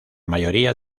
mayoría